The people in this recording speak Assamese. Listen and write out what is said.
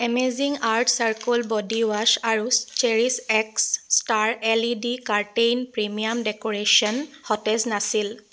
amazing earth charcoal body wash আৰু cherish x star L E D curtain premium decoration সতেজ নাছিল